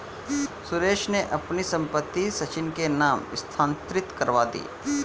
सुरेश ने अपनी संपत्ति सचिन के नाम स्थानांतरित करवा दी